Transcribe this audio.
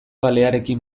alearekin